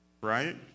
right